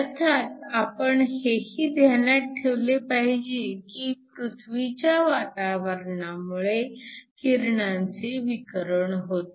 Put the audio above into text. अर्थात आपण हेही ध्यानात ठेवले पाहिजे की पृथ्वीच्या वातावरणामुळे किरणांचे विकरण होते